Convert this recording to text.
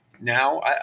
now